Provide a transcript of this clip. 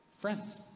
friends